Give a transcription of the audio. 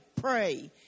pray